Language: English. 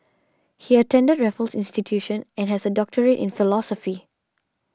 he attended Raffles Institution and has a doctorate in philosophy